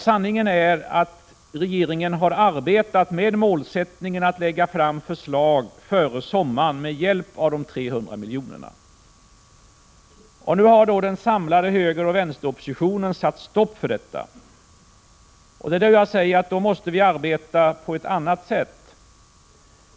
Sanningen är att regeringen har arbetat med målsättningen att lägga fram förslag före sommaren med hjälp av de 300 milj.kr. Nu har den samlade högeroch vänsteroppositionen satt stopp för detta. Då måste vi arbeta på ett annat sätt.